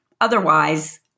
Otherwise